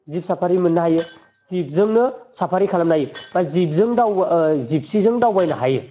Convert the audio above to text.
जिब साफारि मोन्नो हायो जिबजोंनो साफारि खालामनो हायो बा जिबजों दाव जिबसिजों दावबायनो हायो